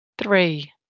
Three